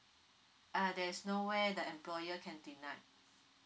uh there's no way the employer can deny